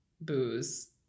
booze